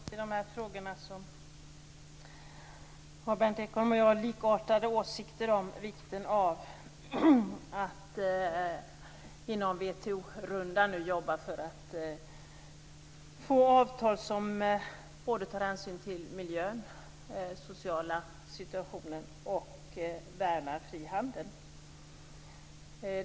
Herr talman! I de här frågorna har Berndt Ekholm och jag likartade åsikter om vikten av att inom WTO rundan jobba för att få avtal som dels tar hänsyn till miljön och den sociala situationen, dels värnar frihandel.